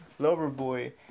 Loverboy